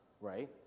right